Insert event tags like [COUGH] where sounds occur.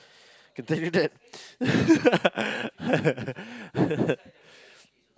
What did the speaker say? I can tell you that [LAUGHS]